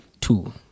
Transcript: Two